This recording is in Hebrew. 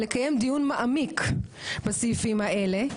לקיים דיון מעמיק בסעיפים האלה,